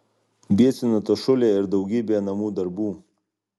biesina ta šūlė ir daugybė namų darbų